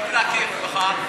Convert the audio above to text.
צריך להכיר בכך,